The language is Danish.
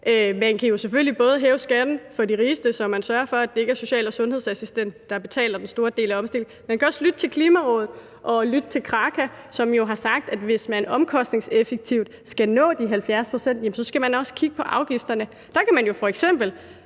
Man kan selvfølgelig hæve skatten for de rigeste, så man sørger for, at det ikke er social- og sundhedsassistenten, der betaler for den store del af omstillingen. Man kan også lytte til Klimarådet og til Kraka, som jo har sagt, at hvis man omkostningseffektivt skal nå de 70 pct., så skal man også kigge på afgifterne. Man kan f.eks.